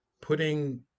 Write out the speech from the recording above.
putting